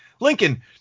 Lincoln